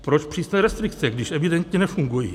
Proč přísné restrikce, když evidentně nefungují?